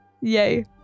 Yay